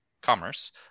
commerce